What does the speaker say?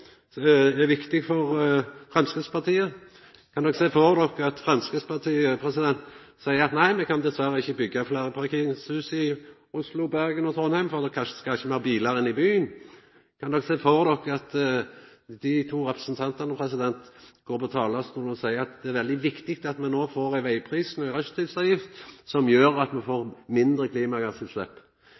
Det er viktig for Framstegspartiet. Kan de sjå for dykk at Framstegspartiet seier at me dessverre ikkje kan byggja fleire parkeringshus i Oslo, Bergen og Trondheim, fordi me ikkje skal ha fleire bilar inne i byen? Kan de sjå for dykk at dei to representantane går på talarstolen og seier at det er veldig viktig at me no får vegprising og rushtidsavgift som gjer at me får mindre klimagassutslepp?